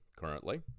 Currently